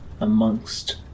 amongst